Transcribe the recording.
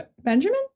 Benjamin